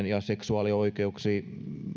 ja seksuaalioikeuksiin